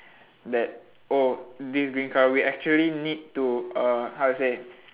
that oh this is green colour we actually need to uh how to say